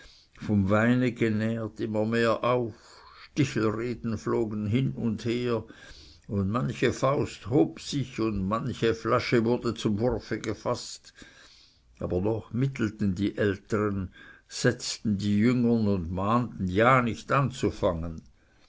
vom weine genährt immer mehr auf stichelreden flogen hin und her und manche faust hob sich und manche flasche wurde zum wurfe gefaßt aber noch mittelten die ältern setzten die jüngern und mahnten ja nicht anzufangen